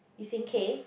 you sing K